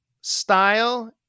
style